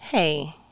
Hey